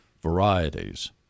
varieties